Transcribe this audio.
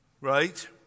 right